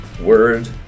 Word